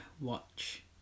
watch